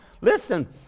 Listen